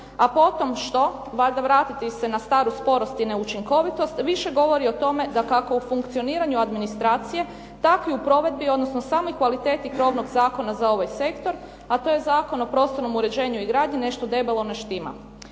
a potom, što, valjda vratiti se na staru sporost i neučinkovitost više govori o tome dakako o funkcioniranju administracije, tako i u provedbi, odnosno samoj kvaliteti krovnog zakona za ovaj sektor, a to je Zakon o prostornom uređenju i gradnji, nešto debelo ne štima.